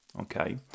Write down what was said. Okay